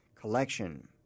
collection